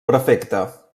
prefecte